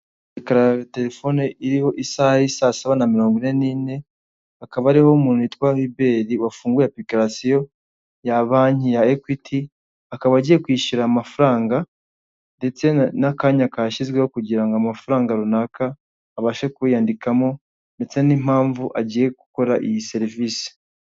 Ekara ya telefone iriho isaha y'isaa saba na mirongo ine n'ine, hakaba hariho umuntu witwa Hubert wafunguye apurikasiyo ya Banki ya Equity, akaba agiye kwishyura amafaranga, ndetse n'akanya kashyizweho kugira ngo amafaranga runaka abashe kwiyandikamo, ndetse n'impamvu agiye gukora iyi serivisi.